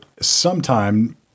sometime